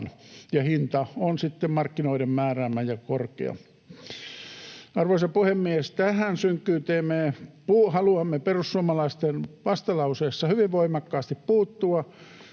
sitten markkinoiden määräämä ja korkea. Arvoisa puhemies! Tähän synkkyyteen haluamme perussuomalaisten vastalauseessa hyvin voimakkaasti puuttua.